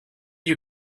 you